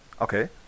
Okay